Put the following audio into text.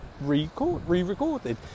re-recorded